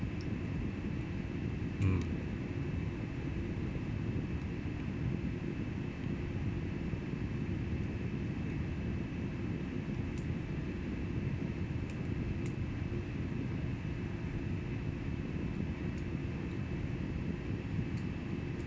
mm